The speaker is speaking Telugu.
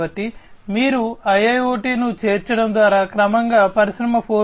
కాబట్టి మీరు IIoT ను చేర్చడం ద్వారా క్రమంగా పరిశ్రమ 4